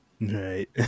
Right